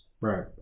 Right